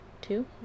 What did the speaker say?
Two